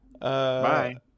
Bye